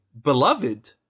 beloved